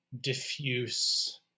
diffuse